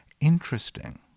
Interesting